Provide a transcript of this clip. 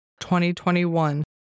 2021